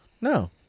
No